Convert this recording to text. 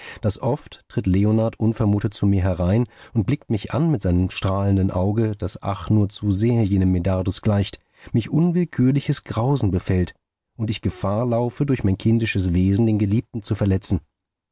daß oft tritt leonard unvermutet zu mir herein und blickt mich an mit seinem strahlenden auge das ach nur zu sehr jenem medardus gleicht mich unwillkürliches grausen befällt und ich gefahr laufe durch mein kindisches wesen den geliebten zu verletzen